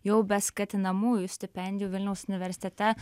jau be skatinamųjų stipendijų vilniaus universitete